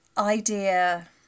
idea